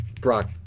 Brock